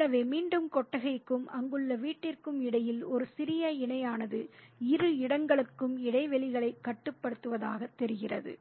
எனவே மீண்டும் கொட்டகைக்கும் அங்குள்ள வீட்டிற்கும் இடையில் ஒரு சிறிய இணையானது இரு இடங்களும் இடைவெளிகளைக் கட்டுப்படுத்துவதாகத் தெரிகிறது